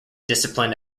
discipline